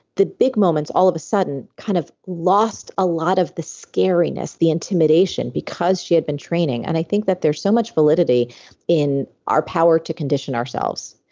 the big moments all of a sudden kind of lost a lot of the scariness, the intimidation because she had been training. and i think that there's so much validity in our power to condition ourselves.